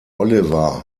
oliver